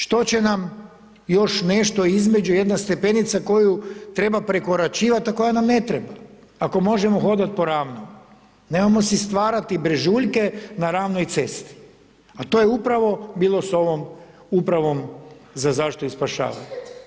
Što će nam još nešto između, jedna stepenica koju treba prekoračivati, a koja nam ne treba ako možemo hodati po ravnom, nemojmo si stvarati brežuljke na ravnoj cesti, a to je upravo bilo sa ovom upravom za zaštitu i spašavanje.